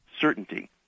certainty